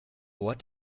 what